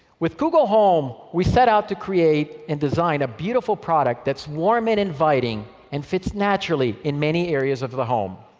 with google home, we set out to create and design a beautiful product that's warm and inviting and fits naturally in many areas of the home.